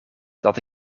dat